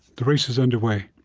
the race is under way.